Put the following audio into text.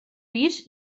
pis